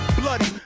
Bloody